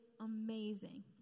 amazing